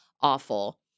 awful